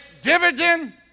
dividend